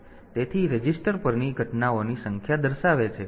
તેથી રજીસ્ટર પરની ઘટનાઓની સંખ્યા દર્શાવે છે